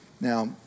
Now